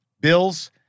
Bills